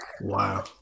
wow